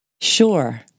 Sure